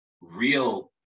real